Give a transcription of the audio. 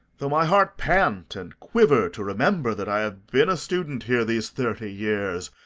though my heart pant and quiver to remember that i have been a student here these thirty years,